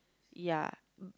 ya